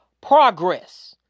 Progress